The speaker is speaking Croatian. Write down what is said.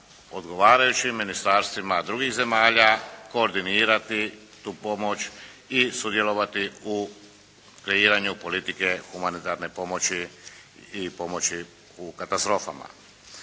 odgovarajućim ministarstvima drugih zemalja koordinirati tu pomoć i sudjelovati u kreiranju politike humanitarne pomoći i pomoći u katastrofama.